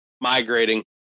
migrating